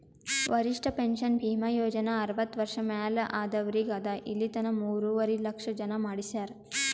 ವರಿಷ್ಠ ಪೆನ್ಷನ್ ಭೀಮಾ ಯೋಜನಾ ಅರ್ವತ್ತ ವರ್ಷ ಮ್ಯಾಲ ಆದವ್ರಿಗ್ ಅದಾ ಇಲಿತನ ಮೂರುವರಿ ಲಕ್ಷ ಜನ ಮಾಡಿಸ್ಯಾರ್